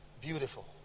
beautiful